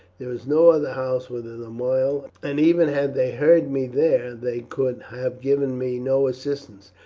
there is no other house within a mile, and even had they heard me there they could have given me no assistance,